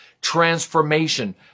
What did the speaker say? transformation